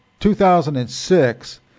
2006